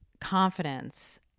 confidence